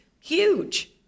huge